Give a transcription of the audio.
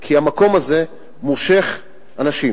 כי המקום הזה מושך אנשים.